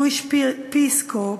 Jewish Peace Corps,